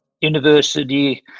university